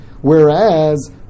Whereas